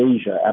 Asia